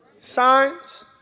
Signs